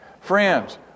friends